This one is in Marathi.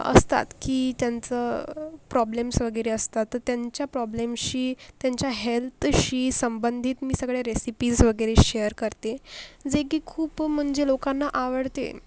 असतात की त्यांचं प्रॉब्लेम्स वगैरे असतात त्यांच्या प्रॉब्लेमशी त्यांच्या हेल्थशी संबंधित मी सगळे रेसिपीज वगैरे शेअर करते जे की खूप म्हणजे लोकांना आवडते